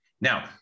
now